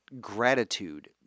gratitude